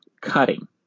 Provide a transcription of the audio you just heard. cutting